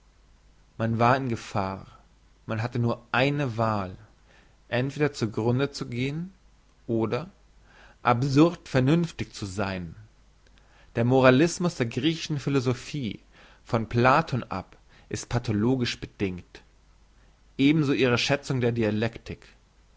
man war in gefahr man hatte nur eine wahl entweder zu grunde zu gehn oder absurd vernünftig zu sein der moralismus der griechischen philosophen von plato ab ist pathologisch bedingt ebenso ihre schätzung der dialektik